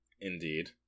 Indeed